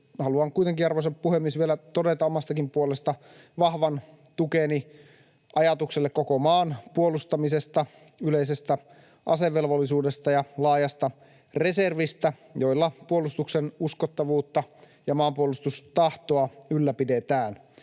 haluan kuitenkin, arvoisa puhemies, vielä todeta omastakin puolestani vahvan tukeni ajatukselle koko maan puolustamisesta, yleisestä asevelvollisuudesta ja laajasta reservistä, joilla puolustuksen uskottavuutta ja maanpuolustustahtoa ylläpidetään.